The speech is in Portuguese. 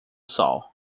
sol